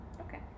Okay